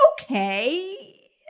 Okay